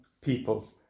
people